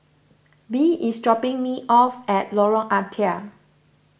Bee is dropping me off at Lorong Ah Thia